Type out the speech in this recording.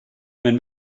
mewn